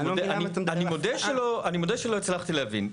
אני מודה שלא הצלחתי להבין.